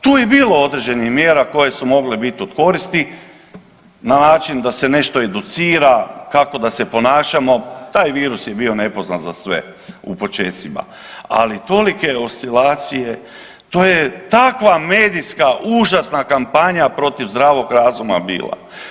Tu je bilo određenih mjera koje su mogle biti od koristi, na način da se nešto educira, kako da se ponašamo, taj virus je bio nepoznat za sve u počecima, ali tolike oscilacije, to je takva medijska užasna kampanja protiv zdravog razuma bila.